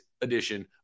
edition